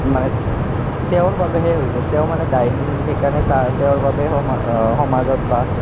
মানে তেওঁৰ বাবেহে হৈছে তেওঁ মানে ডাইনী সেইকাৰণে তাৰ তেওঁৰ বাবে সমা সমাজত বা